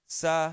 sa